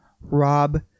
Rob